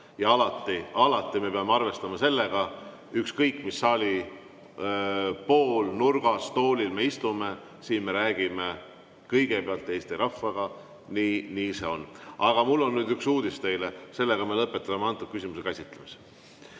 Ja alati, alati me peame arvestama sellega, et ükskõik millisel saali poolel, nurgas või toolil me istume, siin me räägime kõigepealt Eesti rahvaga. Nii see on. Aga mul on nüüd üks uudis teile: me lõpetame selle küsimuse käsitlemise.